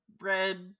Red